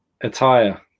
attire